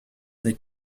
mais